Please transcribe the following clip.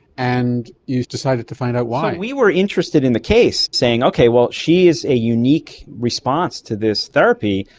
and you've decided to find out why. so we were interested in the case, saying, okay, well, she is a unique response to this therapy.